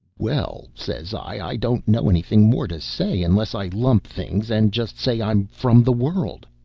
well, says i, i don't know anything more to say unless i lump things, and just say i'm from the world.